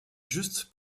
juste